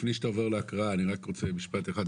לפני שאתה עובר להקראה אני רק רוצה משפט אחד.